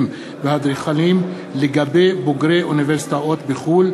המהנדסים והאדריכלים לגבי בוגרי אוניברסיטאות בחו"ל,